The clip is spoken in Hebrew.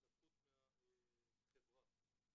התנתקות מהחברה,